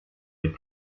des